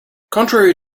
contrary